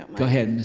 go ahead, miss